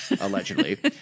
allegedly